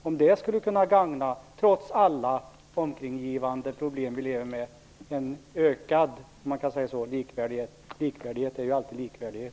Skulle det kunna gagna - trots alla omkringliggande problem som vi lever med - en ökad likvärdighet? Likvärdighet är ju alltid likvärdighet.